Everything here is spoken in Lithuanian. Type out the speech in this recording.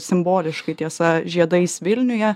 simboliškai tiesa žiedais vilniuje